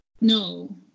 No